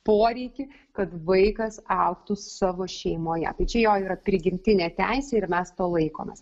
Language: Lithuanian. poreikį kad vaikas augtų savo šeimoje tai čia jo yra prigimtinė teisė ir mes to laikomės